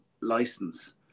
license